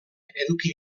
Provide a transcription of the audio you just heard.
eduki